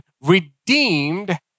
redeemed